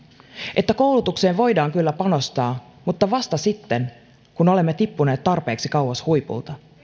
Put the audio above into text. että koulutukseen voidaan kyllä panostaa mutta vasta sitten kun olemme tippuneet tarpeeksi kauas huipulta